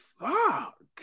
fuck